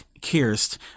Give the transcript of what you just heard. Kirst